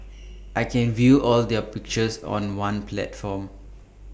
I can view all their pictures on one platform